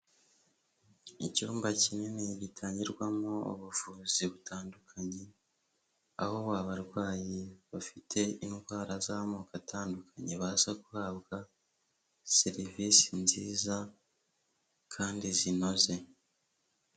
Icyumba kinini gitangirwamo ubuvuzi butandukanye, aho abarwayi bafite indwara z'amoko atandukanye baza guhabwa serivisi nziza kandi zinoze.